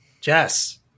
Jess